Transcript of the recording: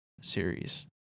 series